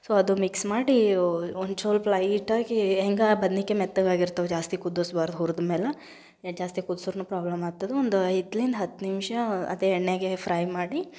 so ಅದು mix ಮಾಡಿ ಬದ್ನಿಕಾಯಿ ಮೆತ್ತಗಾಗಿರ್ತವೆ ಜಾಸ್ತಿ ಕುದ್ದುಸ್ಬಾರ್ದು ಹುರ್ದ ಮೇಲೆ ಎ ಜಾಸ್ತಿ ಕುದ್ಸುರ್ನೂ ಪ್ರಾಬ್ಲಮ್ ಆಗ್ತದೆ ಒಂದು ಐದರಿಂದ ಹತ್ತು ನಿಮಿಷ ಅದೇ ಎಣ್ಣೆಗೇ ಫ್ರೈ ಮಾಡಿ